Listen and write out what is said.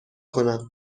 کنم